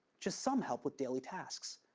just some help with daily tasks.